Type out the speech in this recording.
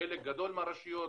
חלק גדול מהרשויות,